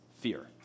fear